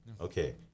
Okay